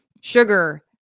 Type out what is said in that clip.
sugar